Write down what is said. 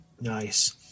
Nice